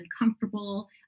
uncomfortable